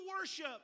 worship